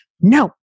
No